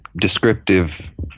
descriptive